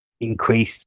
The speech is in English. increase